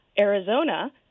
Arizona